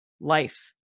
life